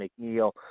McNeil